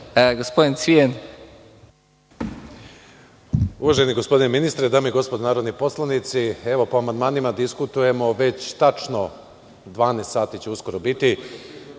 **Vladimir Cvijan** Uvaženi gospodine ministre, dame i gospodo narodni poslanici, evo po amandmanima diskutujemo već tačno 12 sati će uskoro biti